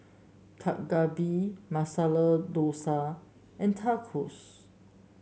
Dak Galbi Masala Dosa and Tacos